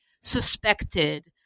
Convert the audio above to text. suspected